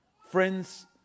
friends